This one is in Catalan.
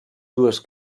dues